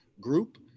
group